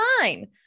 fine